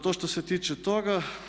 To što se tiče toga.